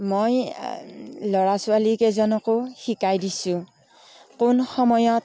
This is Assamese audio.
মই ল'ৰা ছোৱালীকেইজনকো শিকাই দিছোঁ কোন সময়ত